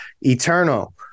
Eternal